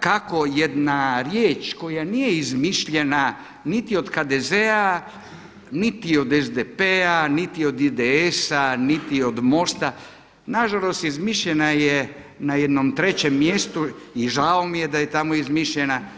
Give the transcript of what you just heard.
kako jedna riječ koja nije izmišljena niti od HDZ-a niti od SDP-a niti od IDS-a niti od MOST-a, nažalost izmišljena je na jednom trećem mjestu i žao mi je da je tamo izmišljena.